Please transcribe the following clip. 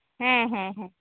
ᱦᱮᱸ ᱦᱮᱸ ᱦᱮᱸ